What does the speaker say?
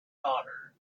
daughter